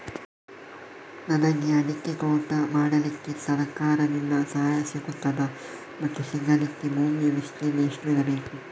ನನಗೆ ಅಡಿಕೆ ತೋಟ ಮಾಡಲಿಕ್ಕೆ ಸರಕಾರದಿಂದ ಸಹಾಯ ಸಿಗುತ್ತದಾ ಮತ್ತು ಸಿಗಲಿಕ್ಕೆ ಭೂಮಿಯ ವಿಸ್ತೀರ್ಣ ಎಷ್ಟು ಇರಬೇಕು?